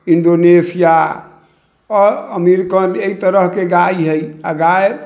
Indonesia American एहि तरहके गाय हइ आ गाय